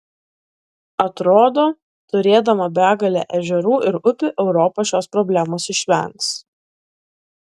atrodo turėdama begalę ežerų ir upių europa šios problemos išvengs